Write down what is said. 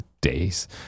days